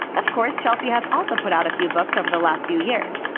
of course, chelsea has also put out a few books over the last few years,